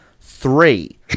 Three